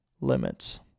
limits